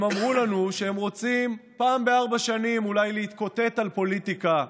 הם אמרו לנו שהם רוצים פעם בארבע שנים אולי להתקוטט על פוליטיקה,